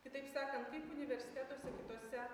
kitaip sakant kaip universitetuose kitose